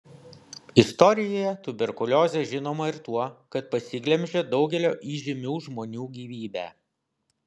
istorijoje tuberkuliozė žinoma ir tuo kad pasiglemžė daugelio įžymių žmonių gyvybę